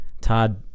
Todd